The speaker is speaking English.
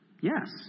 Yes